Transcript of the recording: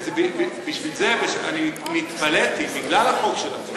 בשביל זה, אני התפלאתי, בגלל החוק שלכם.